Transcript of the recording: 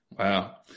Wow